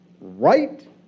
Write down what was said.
Right